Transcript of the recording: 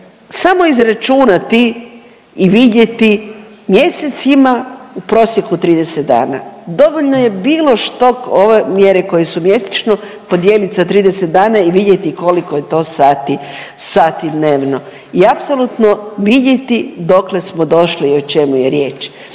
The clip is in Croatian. samo izračunati i vidjeti mjesec ima u prosjeku 30 dana. Dovoljno je bilo što, ove mjere koje su mjesečno podijeliti sa 30 dana i vidjeti koliko je to sati dnevno i apsolutno vidjeti dokle smo došli i o čemu je riječ.